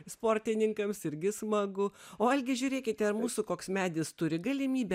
sportininkams irgi smagu o algi žiūrėkite ar mūsų koks medis turi galimybę